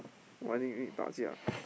why nick you need 打架